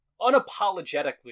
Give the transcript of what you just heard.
unapologetically